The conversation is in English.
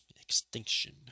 Extinction